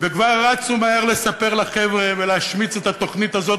וכבר רצו מהר לספר לחבר'ה ולהשמיץ את התוכנית הזאת,